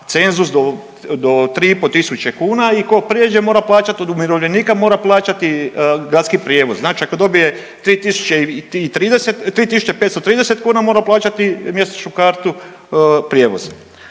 cenzus do 3500 kuna i tko prijeđe, mora plaćati, od umirovljenika mora plaćati gradski prijevoz. Znači ako dobije 3030, 3530 kuna, mora plaćati mjesečnu kartu prijevoza.